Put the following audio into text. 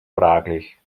fraglich